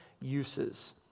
uses